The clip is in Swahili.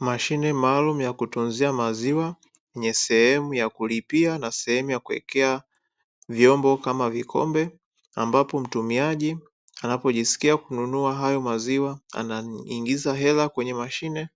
Mashine maalumu ya kutunzia maziwa yenye sehemu ya kulipia na sehemu ya kuwekea vyombo kama vikombe, ambapo mtumiaji anapojisikia kununua hayo maziwa anaingiza hela kwenye mashine,